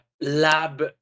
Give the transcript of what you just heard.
lab